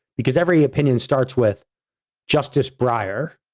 because every opinion starts with justice breyer.